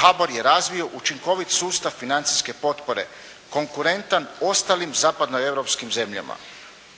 HBOR je razvio učinkoviti sustav financijske potpore konkurentan ostalim Zapadnoeuropskim zemljama.